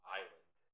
island